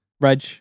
Reg